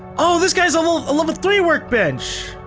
oh! this guy's a level, a level three workbench.